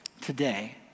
today